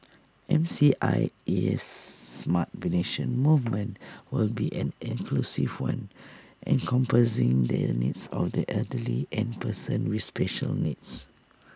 M C I E S smart venation movement will be an inclusive one encompassing the needs of the elderly and persons with special needs